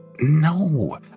No